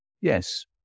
Yes